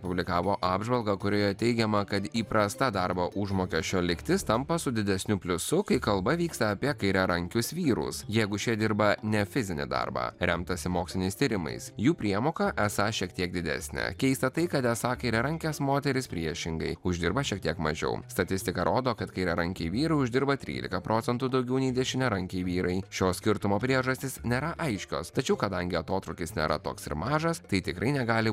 publikavo apžvalgą kurioje teigiama kad įprasta darbo užmokesčio lygtis tampa su didesniu pliusu kai kalba vyksta apie kairiarankius vyrus jeigu šie dirba ne fizinį darbą remtasi moksliniais tyrimais jų priemoka esą šiek tiek didesnė keista tai kad esą kairiarankės moterys priešingai uždirba šiek tiek mažiau statistika rodo kad kairiarankiai vyrai uždirba trylika procentų daugiau nei dešiniarankiai vyrai šio skirtumo priežastys nėra aiškios tačiau kadangi atotrūkis nėra toks ir mažas tai tikrai negali